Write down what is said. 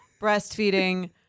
breastfeeding